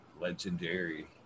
legendary